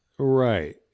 Right